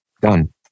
Done